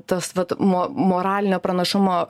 tas vat mo moralinio pranašumo